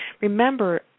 Remember